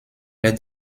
les